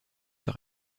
par